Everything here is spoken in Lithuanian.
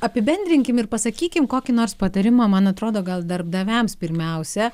apibendrinkim ir pasakykim kokį nors patarimą man atrodo gal darbdaviams pirmiausia